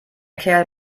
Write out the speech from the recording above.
kerl